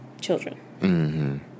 children